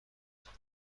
میکند